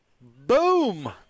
Boom